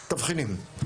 תבחינים.